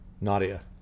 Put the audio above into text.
Nadia